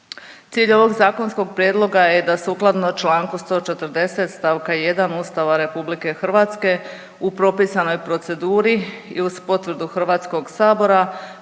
Cilj ovog zakonskog prijedloga je da sukladno čl. 140. st. 1 Ustava RH u propisanoj proceduri i uz potvrdu HS-a, RH okonča